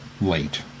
late